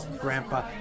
grandpa